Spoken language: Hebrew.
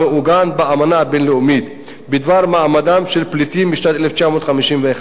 המעוגן באמנה הבין-לאומית בדבר מעמדם של פליטים משנת 1951,